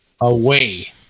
away